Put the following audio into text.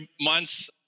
months